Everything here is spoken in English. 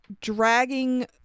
dragging